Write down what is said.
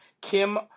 Kim